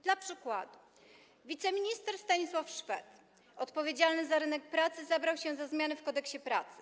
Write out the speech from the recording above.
Dla przykładu wiceminister Stanisław Szwed, który jest odpowiedzialny za rynek pracy, zabrał się za zmiany w Kodeksie pracy.